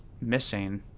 missing